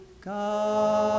God